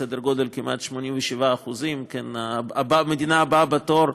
סדר גודל של כמעט 87%; המדינה הבאה בתור,